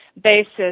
basis